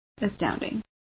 astounding